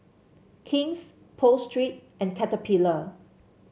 King's Pho Street and Caterpillar